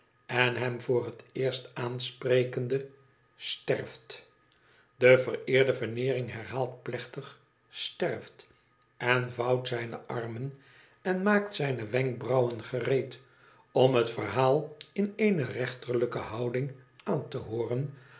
en hem voor het eerst aansprekende sterft de vereerde veneering herhaalt plechtig sterft en vouwt zijne armen en maakt zijne wenkbrauwen gereed om het verhaal in eene rechterlijke houding aan te hooren